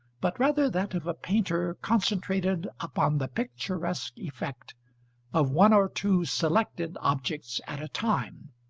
but rather that of a painter concentrated upon the picturesque effect of one or two selected objects at a time